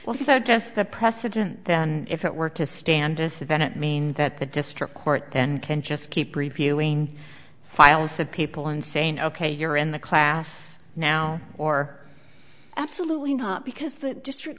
well so does the precedent then if it were to stand disadvantage mean that the district court then can just keep reviewing files of people and saying ok you're in the class now or absolutely not because the district